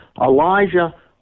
Elijah